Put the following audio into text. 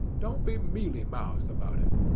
don't be mealy-mouthed about it.